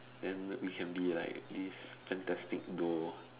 then we can be like this fantastic Duo